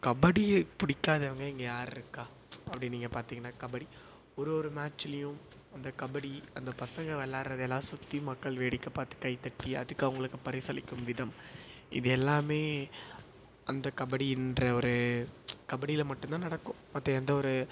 கபடி பிடிக்காதவங்க இங்கே யார் இருக்கா அப்படி நீங்கள் பார்த்தீங்கனா கபடி ஒரு ஒரு மேட்ச்லையும் அந்த கபடி அந்த பசங்க விளாட்றதலாம் சுற்றி மக்கள் வேடிக்கை பார்த்து கைதட்டி அதுக்கு அவங்களுக்கு பரிசளிக்கும் விதம் இது எல்லாமே அந்த கபடின்ற ஒரு கபடியில மட்டும் தான் நடக்கும் மற்ற எந்தவொரு